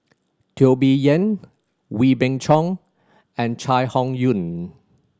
Teo Bee Yen Wee Beng Chong and Chai Hon Yoong